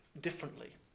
differently